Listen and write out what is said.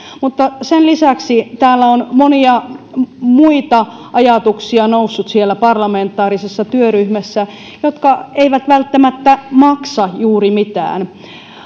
sen lisäksi on monia muita ajatuksia noussut siellä parlamentaarisessa työryhmässä jotka eivät välttämättä maksa juuri mitään